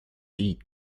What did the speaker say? eat